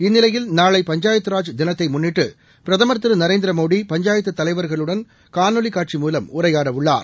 இந்நிலையில் நாளை பஞ்சாயத்து ராஜ் தினத்தைமுன்னிட்டுபிரதமர் திரு நரேந்திரமோடி பஞ்சாயத்துதலைவர்களுடன் காணொலிகாட்சி மூலம் உரையாடஉள்ளார்